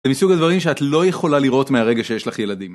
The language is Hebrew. זה מסוג הדברים שאת לא יכולה לראות מהרגע שיש לך ילדים.